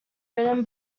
written